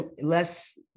less